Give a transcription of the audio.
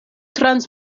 trans